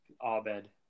Abed